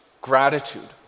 gratitude